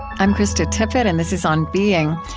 i'm krista tippett, and this is on being.